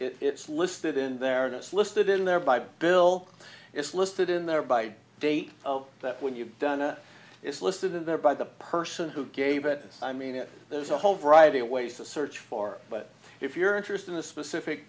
it's listed in there this listed in there by bill it's listed in there by date that when you've done a it's listed in there by the person who gave it i mean it there's a whole variety of ways to search for but if you're interested in a specific